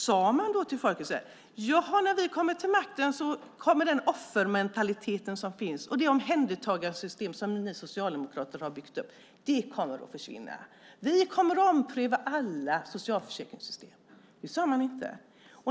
Sade man till folket: Ja, när vi kommer till makten kommer den offermentalitet som finns och det omhändertagarsystem som Socialdemokraterna har byggt upp att försvinna. Vi kommer att ompröva alla socialförsäkringssystem. Nej, det sade man inte.